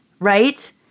Right